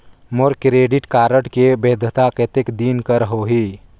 मोर credit card के वैधता कतेक दिन कर होही?